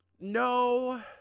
No